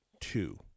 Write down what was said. two